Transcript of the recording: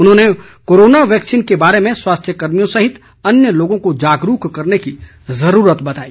उन्होंने corona vaccine के बारे में स्वास्थ्य कर्मियों सहित अन्य लोगों को जागरूक करने की ज़रूरत बताई